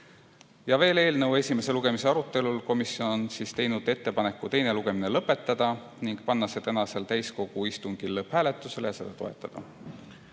Ja veel: eelnõu esimese lugemise arutelul on komisjon teinud ettepaneku teine lugemine lõpetada, panna see tänasel täiskogu istungil lõpphääletusele ja seda toetada.